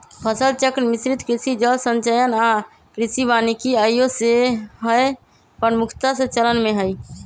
फसल चक्र, मिश्रित कृषि, जल संचयन आऽ कृषि वानिकी आइयो सेहय प्रमुखता से चलन में हइ